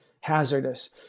hazardous